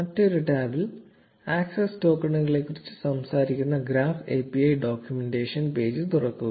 മറ്റൊരു ടാബിൽ ആക്സസ് ടോക്കണുകളെക്കുറിച്ച് സംസാരിക്കുന്ന ഗ്രാഫ് API ഡോക്യുമെന്റേഷൻ പേജ് തുറക്കുക